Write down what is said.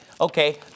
Okay